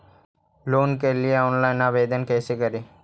Loan के लिये online आवेदन कैसे करि?